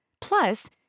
Plus